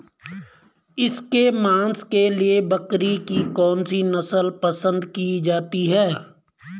इसके मांस के लिए बकरी की कौन सी नस्ल पसंद की जाती है?